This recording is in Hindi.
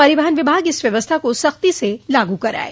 परिवहन विभाग इस व्यवस्था को सख्ती से लागू कराये